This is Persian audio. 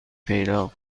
پیدا